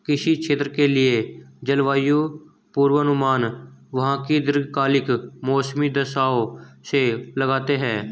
किसी क्षेत्र के लिए जलवायु पूर्वानुमान वहां की दीर्घकालिक मौसमी दशाओं से लगाते हैं